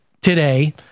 today